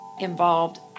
involved